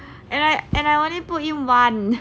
and I and I only put in one